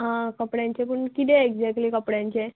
आं कपड्यांचें पूण किदें एग्जॅक्टली कपड्यांचें